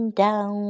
down